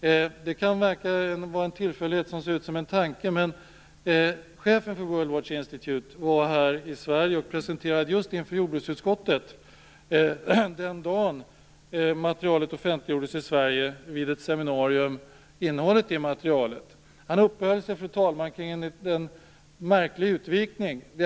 Det kan verka vara en tillfällighet som ser ut som en tanke. Chefen för World Watch Institute var i Sverige och presenterade för jordbruksutskottet innehållet i materialet den dag materialet offentliggjordes i Sverige. Han uppehöll sig, fru talman, kring en märklig utvikning.